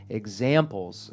examples